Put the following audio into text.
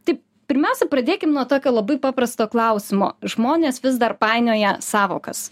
tai pirmiausia pradėkim nuo tokio labai paprasto klausimo žmonės vis dar painioja sąvokas